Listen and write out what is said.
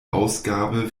ausgabe